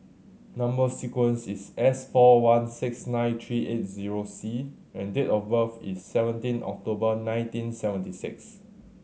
number sequence is S four one six nine three eight zero C and date of birth is seventeen October nineteen seventy six